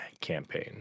campaign